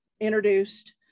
introduced